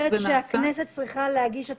התהליך יהיה כמה שיותר אוטומטי.